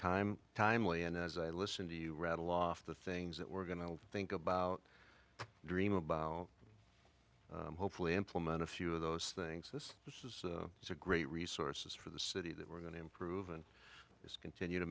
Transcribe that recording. time timely and as i listen to you rattle off the things that we're going to think about dream about hopefully implement a few of those things this is a great resources for the city that we're going to improve and continue to